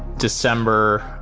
december